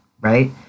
Right